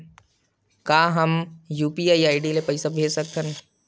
का हम UPI ID ले पईसा भेज सकथन?